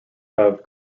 have